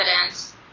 evidence